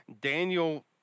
Daniel